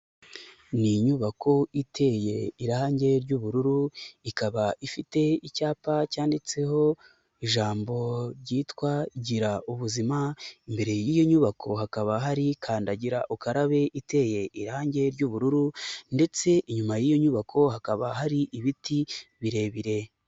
Ni inyubako iteye irangi ry'ubururu, ikaba ifite icyapa cyanditseho ijambo ryitwa gira ubuzima, imbere y'iyo nyubako hakaba hari kandagira ukarabe iteye irangi ry'ubururu ndetse inyuma y'iyo nyubako hakaba hari ibiti birebire.